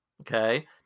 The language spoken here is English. Okay